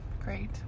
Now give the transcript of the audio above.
great